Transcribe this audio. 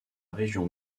région